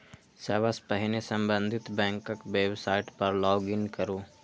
सबसं पहिने संबंधित बैंकक वेबसाइट पर लॉग इन करू